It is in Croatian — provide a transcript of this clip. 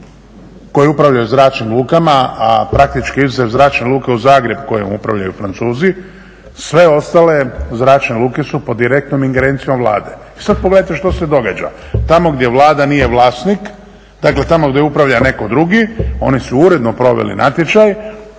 koji upravljaju zračnim lukama a praktički izuzev zračne luke u Zagrebu kojom upravljaju Francuzi sve ostale zračne luke su pod direktnom ingerencijom Vlade. I sada pogledajte šta se događa. Tamo gdje Vlada nije vlasnik, dakle tamo gdje upravlja netko drugi, oni su uredno proveli natječaj,